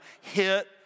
hit